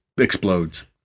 explodes